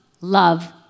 love